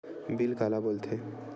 Bill काला बोल थे?